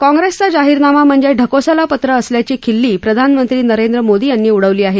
काँग्रेसचा जाहीरनामा म्हणजे ढकोसलापत्र असल्याची खिल्ली प्रधानमंत्री नरेंद्र मोदी यांनी उडवली आहे